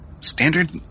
Standard